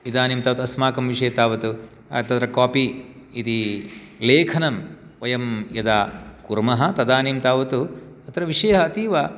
इदानीं तद् अस्माकं विषये तावत् तत्र कापि इति लेखनं वयं यदा कुर्मः तदानीं तावत् तत्र विषयः अतीव